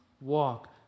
walk